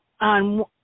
on